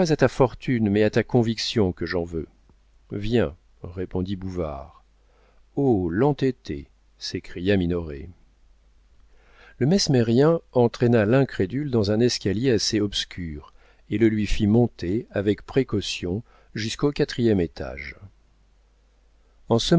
ta fortune mais à ta conviction que j'en veux viens répondit bouvard oh l'entêté s'écria minoret le mesmérien entraîna l'incrédule dans un escalier assez obscur et le lui fit monter avec précaution jusqu'au quatrième étage